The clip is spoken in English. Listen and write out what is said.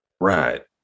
Right